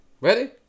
ready